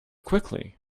quickly